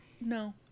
no